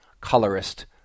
colorist